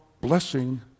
blessing